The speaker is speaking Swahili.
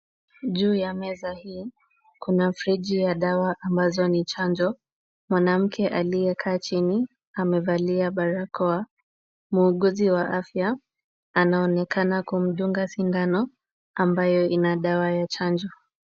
Juu ya meza hii, kuna friji ya dawa ambazo ni chanjo. Mwanamke aliye kaa chini amevalia barakoa. Muuguzi wa afya anaonekana kumdunga sindano ambayo ina dawa ya chanjo.